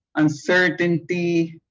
uncertainty.